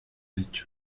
hecho